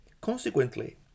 Consequently